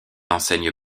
enseigne